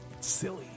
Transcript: silly